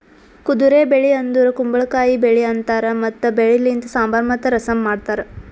ಕುದುರೆ ಬೆಳಿ ಅಂದುರ್ ಕುಂಬಳಕಾಯಿ ಬೆಳಿ ಅಂತಾರ್ ಮತ್ತ ಬೆಳಿ ಲಿಂತ್ ಸಾಂಬಾರ್ ಮತ್ತ ರಸಂ ಮಾಡ್ತಾರ್